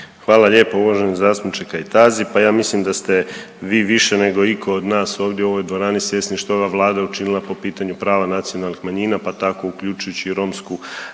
Hvala lijepo uvaženi zastupniče Kajtazi. Pa ja mislim da ste vi više nego iko od nas ovdje u ovoj dvorani svjesni što je ova vlada učinila po pitanju prava nacionalnih manjina, pa tako uključujuću i romsku